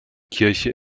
kirche